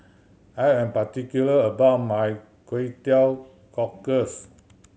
I am particular about my Kway Teow Cockles